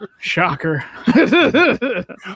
Shocker